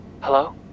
Hello